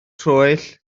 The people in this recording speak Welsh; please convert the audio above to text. troell